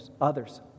others